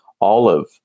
olive